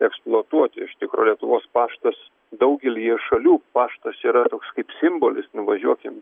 eksploatuoti iš tikro lietuvos paštas daugelyje šalių paštas yra toks kaip simbolis nuvažiuokim